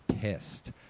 pissed